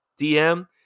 DM